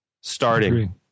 starting